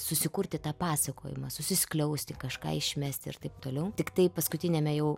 susikurti tą pasakojimą susiskliausti kažką išmesti ir taip toliau tiktai paskutiniame jų